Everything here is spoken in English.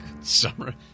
Summer